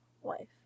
wife